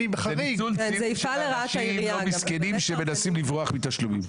אני בחריג --- יש מסכנים שמנסים לברוח מתשלומים.